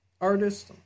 artist